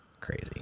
Crazy